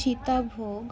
Sitabhog